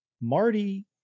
Marty